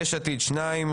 יש עתיד שניים,